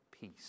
Peace